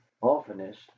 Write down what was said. oftenest